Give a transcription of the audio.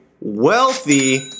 Wealthy